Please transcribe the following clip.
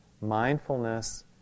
Mindfulness